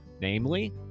Namely